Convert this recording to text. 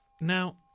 Now